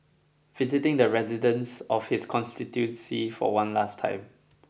visiting the residents of his constituency for one last time